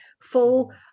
full